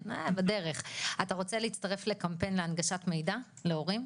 אתה רוצה להצטרף לקמפיין להנגשת מידע להורים?